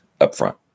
upfront